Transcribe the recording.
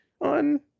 on